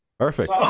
Perfect